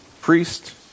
priest